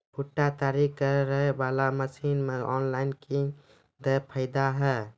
भुट्टा तैयारी करें बाला मसीन मे ऑनलाइन किंग थे फायदा हे?